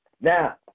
Now